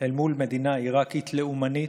אל מול מדינה עיראקית לאומנית,